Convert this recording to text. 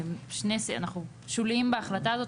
אנחנו שוליים בהחלטה הזאת,